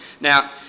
Now